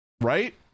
right